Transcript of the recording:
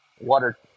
water